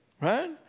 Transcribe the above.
right